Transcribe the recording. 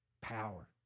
Power